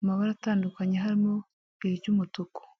amabara atandukanye harimo ikintu cy'umutuku.